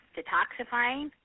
Detoxifying